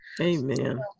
Amen